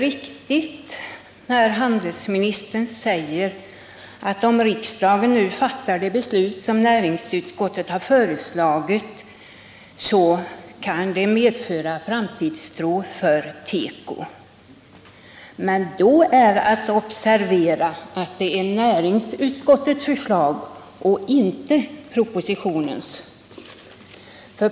Om riksdagen nu fattar det beslut som näringsutskottet föreslagit, säger handelsministern, kan detta medföra framtidstro för tekoindustrin. Det är riktigt. Men då är att observera att det är näringsutskottets förslag och inte propositionens.